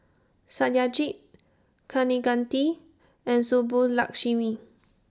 Satyajit Kaneganti and Subbulakshmi